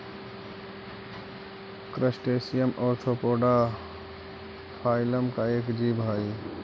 crustacean arthropoda phylum का एक जीव हई